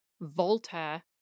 Voltaire